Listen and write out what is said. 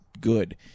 good